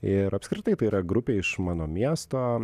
ir apskritai tai yra grupė iš mano miesto